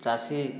ଚାଷୀ